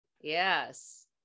Yes